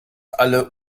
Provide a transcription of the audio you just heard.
alle